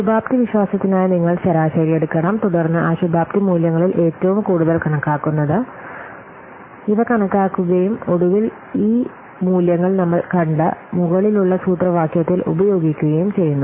ശുഭാപ്തിവിശ്വാസത്തിനായി നിങ്ങൾ ശരാശരി എടുക്കണം തുടർന്ന് അശുഭാപ്തി മൂല്യങ്ങളിൽ ഏറ്റവും കൂടുതൽ കണക്കാക്കുന്നത് ഇവ കണക്കാക്കുകയും ഒടുവിൽ ഈ മൂല്യങ്ങൾ നമ്മൾ കണ്ട മുകളിലുള്ള സൂത്രവാക്യത്തിൽ ഉപയോഗിക്കുകയും ചെയ്യുന്നു